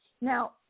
Now